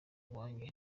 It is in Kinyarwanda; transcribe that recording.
wanjye